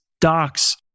docs